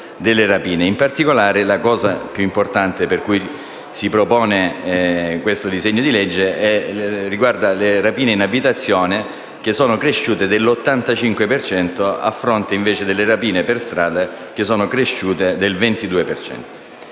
In particolare, l'ambito più importante per cui si propone questo disegno di legge riguarda le rapine in abitazione che sono cresciute dell'85 per cento a fronte delle rapine per strada che sono cresciute del 22